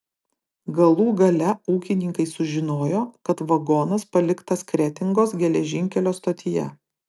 galų gale ūkininkai sužinojo kad vagonas paliktas kretingos geležinkelio stotyje